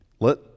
Let